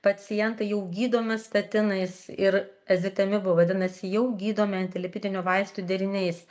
pacientai jau gydomi statinais ir ezetimibu vadinasi jau gydomi antilipidinių vaistų deriniais